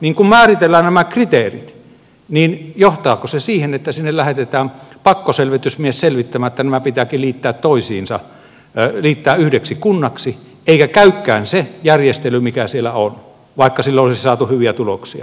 kun määritellään nämä kriteerit niin johtaako se siihen että sinne lähetetään pakkoselvitysmies selvittämään että nämä pitääkin liittää toisiinsa liittää yhdeksi kunnaksi eikä käykään se järjestely mikä siellä on vaikka sillä olisi saatu hyviä tuloksia